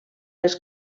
les